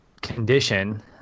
condition